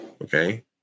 Okay